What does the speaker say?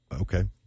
Okay